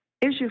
issue